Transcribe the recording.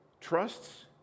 trusts